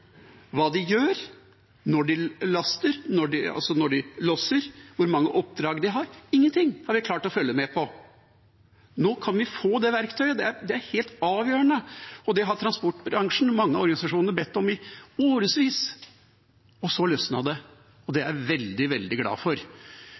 Ingenting har vi klart å følge med på. Nå kan vi få det verktøyet. Det er helt avgjørende. Det har transportbransjen og mange av organisasjonene bedt om i årevis, og så løsnet det, og det